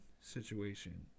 situation